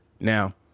Now